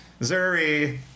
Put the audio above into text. Zuri